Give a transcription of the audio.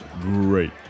great